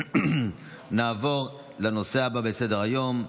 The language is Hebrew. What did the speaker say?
נעבור לנושא הבא בסדר-היום,